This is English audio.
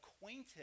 acquainted